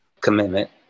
commitment